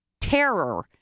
terror